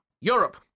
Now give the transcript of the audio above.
Europe